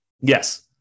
Yes